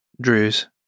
Drew's